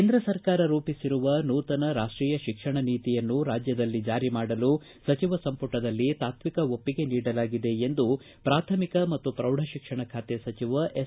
ಕೇಂದ್ರ ಸರ್ಕಾರ ರೂಪಿಸಿರುವ ನೂತನ ರಾಷ್ಟೀಯ ಶಿಕ್ಷಣ ನೀತಿಯನ್ನು ರಾಜ್ಯದಲ್ಲಿ ಜಾರಿ ಮಾಡಲು ಸಚಿವ ಸಂಪುಟದಲ್ಲಿ ತಾತ್ವಿಕ ಒಪ್ಪಿಗೆ ನೀಡಲಾಗಿದೆ ಎಂದು ಪ್ರಾಥಮಿಕ ಮತ್ತು ಪ್ರೌಢ ಶಿಕ್ಷಣ ಸಚಿವ ಎಸ್